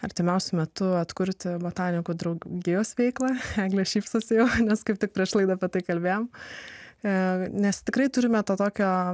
artimiausiu metu atkurti botanikų draugijos veiklą eglė šypsosi nes kaip tik prieš laidą apie tai kalbėjom nes tikrai turime tokio